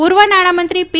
પૂર્વ નાણાંમંત્રી પી